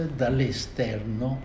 dall'esterno